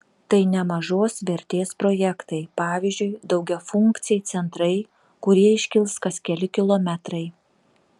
tai nemažos vertės projektai pavyzdžiui daugiafunkciai centrai kurie iškils kas keli kilometrai